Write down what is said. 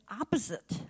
opposite